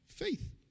faith